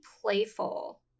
playful